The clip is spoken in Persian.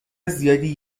زیادی